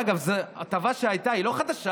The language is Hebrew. ואגב, זאת הטבה שהייתה, היא לא חדשה.